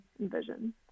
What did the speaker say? envision